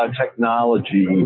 technology